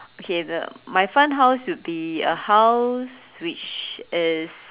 okay the my funhouse would be a house which is